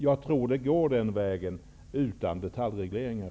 Jag tror att det går den vägen utan detaljregleringar.